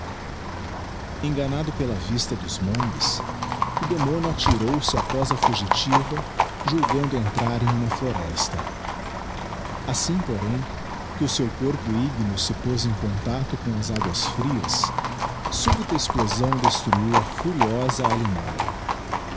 enganado pela vista doa mangues o demónio atirou-se após a fugitiva julgando entrar em uma floresta assim porém que o seu corpo igneose poz em contacto com as aguas frias súbita explosão destruiu a furiosa alimária